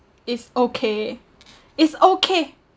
is okay is okay